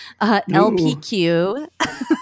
LPQ